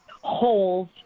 holes